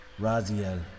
Raziel